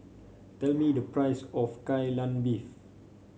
tell me the price of Kai Lan Beef